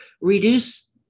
reduce